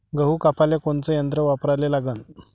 गहू कापाले कोनचं यंत्र वापराले लागन?